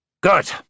Good